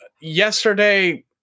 yesterday